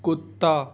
کتا